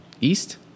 East